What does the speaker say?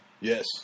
Yes